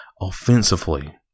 offensively